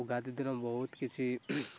ଉଗାଦୀ ଦିନ ବହୁତ କିଛି